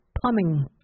plumbing